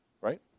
right